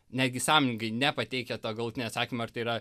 netgi sąmoningai nepateikia to galutinio atsakymo ar tai yra